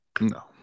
No